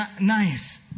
nice